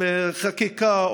חקיקה,